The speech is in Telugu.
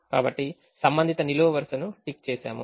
కాబట్టి సంబంధిత నిలువు వరుసను టిక్ చేసాము